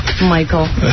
Michael